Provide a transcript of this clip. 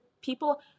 people